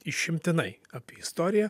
išimtinai apie istoriją